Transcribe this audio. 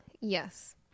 Yes